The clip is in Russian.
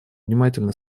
внимательно